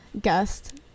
guest